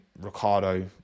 Ricardo